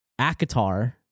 Akatar